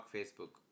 Facebook